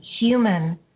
human